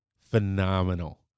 phenomenal